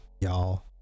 y'all